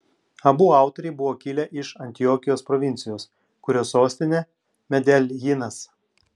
abu autoriai buvo kilę iš antiokijos provincijos kurios sostinė medeljinas